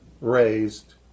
raised